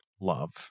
love